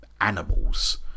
animals